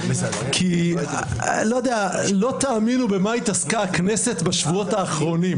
"לא תאמינו במה התעסקה הכנסת בשבועות האחרונים.